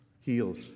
heals